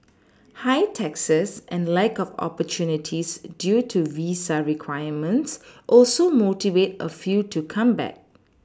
high taxes and lack of opportunities due to visa requirements also motivate a few to come back